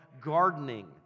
gardening